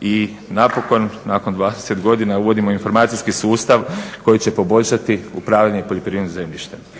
i napokon nakon 20 godina uvodimo informacijski sustav koji će poboljšati upravljanje poljoprivrednim zemljištem